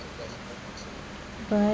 alright